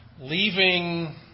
leaving